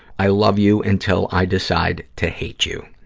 i love you until i decide to hate you.